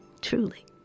truly